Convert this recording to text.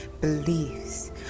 beliefs